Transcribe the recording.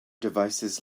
devices